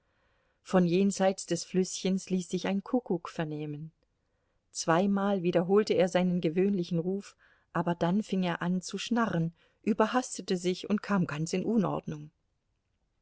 von jenseits des flüßchens ließ sich ein kuckuck vernehmen zweimal wiederholte er seinen gewöhnlichen ruf aber dann fing er an zu schnarren überhastete sich und kam ganz in unordnung